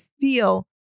feel